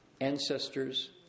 ancestors